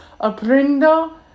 Aprendo